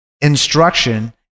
instruction